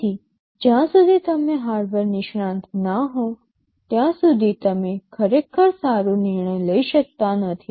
તેથી જ્યાં સુધી તમે હાર્ડવેર નિષ્ણાત ન હો ત્યાં સુધી તમે ખરેખર સારો નિર્ણય લઈ શકતા નથી